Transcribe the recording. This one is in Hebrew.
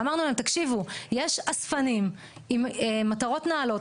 ואמרנו להן תקשיבו יש אספנים עם מטרות נעלות,